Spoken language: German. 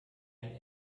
ein